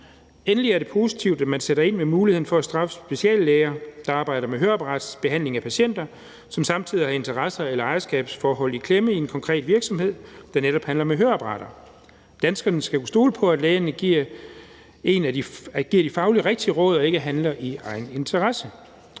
Endelig er det positivt, at man sætter ind med muligheden for at straffe speciallæger, der arbejder med høreapparatsbehandling af patienter, og som samtidig har interesser eller ejerskabsforhold i klemme i en konkret virksomhed, der netop handler med høreapparater. Danskerne skal kunne stole på, at lægerne giver en de fagligt rigtige råd og ikke handler i egen interesse.